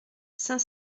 cinq